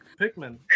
Pikmin